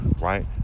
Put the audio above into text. Right